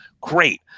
great